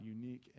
unique